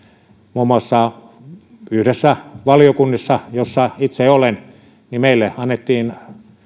muun muassa yhdessä valiokunnassa jossa itse olen meille annettiin